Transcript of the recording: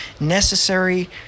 necessary